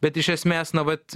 bet iš esmės na vat